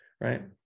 Right